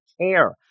care